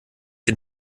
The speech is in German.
den